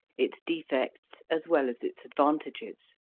its defects as well as its advantages.